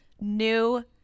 new